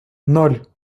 ноль